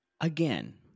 Again